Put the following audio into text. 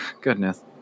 goodness